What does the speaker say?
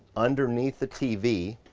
underneath the tv,